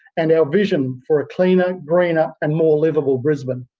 and our vision for a cleaner, greener, and more liveable brisbane.